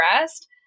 rest